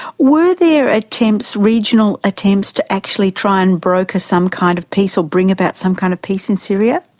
were there attempts regional attempts to actually try and broker some kind of peace, or bring about some kind of peace in syria?